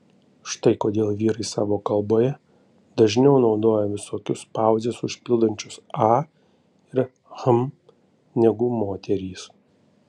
štai kodėl vyrai savo kalboje dažniau naudoja visokius pauzes užpildančius a ir hm negu moterys